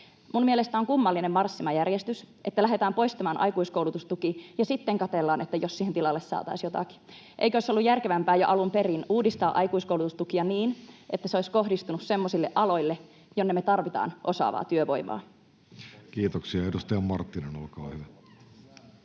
Minun mielestäni on kummallinen marssimajärjestys, että lähdetään poistamaan aikuiskoulutustuki ja sitten katsellaan, että jos siihen tilalle saataisiin jotakin. Eikö olisi ollut järkevämpää ja alun perin uudistaa aikuiskoulutustukea niin, että se olisi kohdistunut semmoisille aloille, joille me tarvitaan osaavaa työvoimaa? [Speech 427] Speaker: Jussi Halla-aho